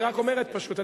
היא רק אומרת פשוט,